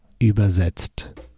übersetzt